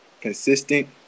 Consistent